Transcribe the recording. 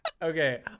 Okay